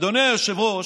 אדוני היושב-ראש,